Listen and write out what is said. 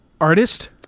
Artist